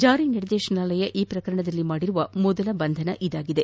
ಜಾರಿ ನಿರ್ದೇಶನಾಲಯ ಈ ಪ್ರಕರಣದಲ್ಲಿ ಮಾಡಿರುವ ಮೊದಲ ಬಂಧನ ಇದಾಗಿದೆ